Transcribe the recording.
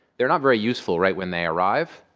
they're not very useful right when they arrive.